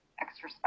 extra